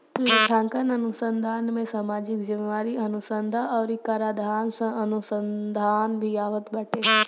लेखांकन अनुसंधान में सामाजिक जिम्मेदारी अनुसन्धा अउरी कराधान अनुसंधान भी आवत बाटे